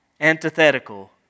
antithetical